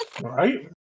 right